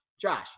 Josh